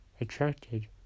attracted